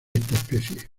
especie